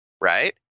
right